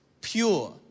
pure